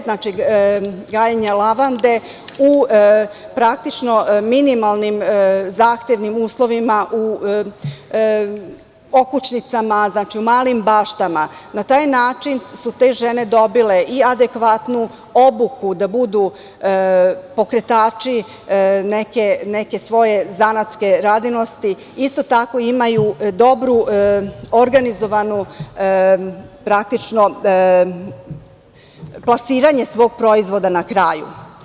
Znači, gajenje lavande u praktično minimalnim zahtevnim uslovima, okućnicama u malim baštama i na taj način su te žene dobile adekvatnu obuku da budu pokretači neke svoje zanatske radinosti, imaju svoju dobru organizovanu, praktično plasiranje svog proizvoda na kraju.